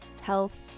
health